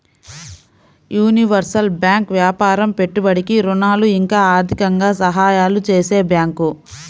universal bank వ్యాపారం పెట్టుబడికి ఋణాలు ఇంకా ఆర్థికంగా సహాయాలు చేసే బ్యాంకు